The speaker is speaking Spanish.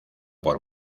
por